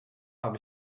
habe